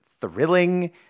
thrilling